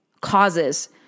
causes